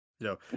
No